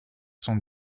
sont